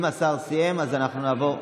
אם השר סיים, אז אנחנו נעבור,